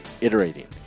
iterating